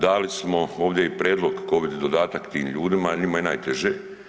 Dali smo ovdje i prijedlog covid dodatak tim ljudima jel njima je najteže.